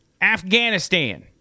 Afghanistan